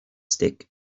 stick